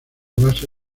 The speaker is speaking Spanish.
base